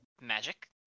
Magic